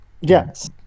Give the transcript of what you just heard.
Yes